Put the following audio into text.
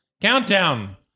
countdown